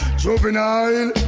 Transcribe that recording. juvenile